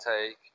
take